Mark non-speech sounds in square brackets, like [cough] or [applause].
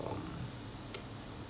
um [noise]